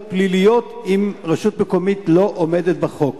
פליליות אם רשות מקומית לא עומדת בחוק.